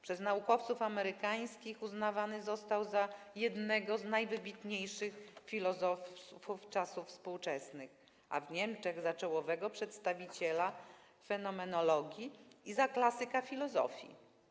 Przez naukowców amerykańskich został uznany za jednego z najwybitniejszych filozofów czasów współczesnych, a w Niemczech - za czołowego przedstawiciela fenomenologii i za klasyka filozofii.